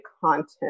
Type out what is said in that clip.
content